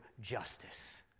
justice